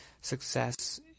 Success